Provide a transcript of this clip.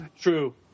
true